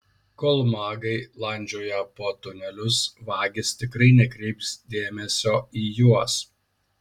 kol magai landžioja po tunelius vagys tikrai nekreips dėmesio į juos